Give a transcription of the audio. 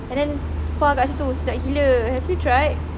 and then spa kat situ sedap gila have you tried